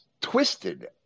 twisted